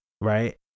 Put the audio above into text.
right